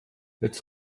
jetzt